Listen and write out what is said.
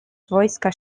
wojska